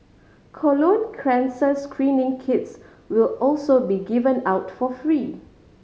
colon cancer screening kits will also be given out for free